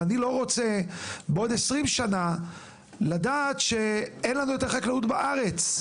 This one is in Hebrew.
ואני לא רוצה בעוד עשרים שנה לדעת שאין לנו יותר חקלאות בארץ.